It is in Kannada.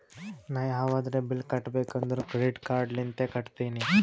ನಾ ಯಾವದ್ರೆ ಬಿಲ್ ಕಟ್ಟಬೇಕ್ ಅಂದುರ್ ಕ್ರೆಡಿಟ್ ಕಾರ್ಡ್ ಲಿಂತೆ ಕಟ್ಟತ್ತಿನಿ